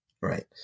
Right